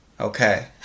Okay